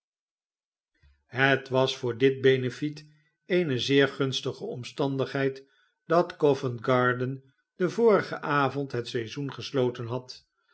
het was voor dit beneflet eene zeer gunstige omstandigheid dat co vent garden den vorigen avond het seizoen gesloten had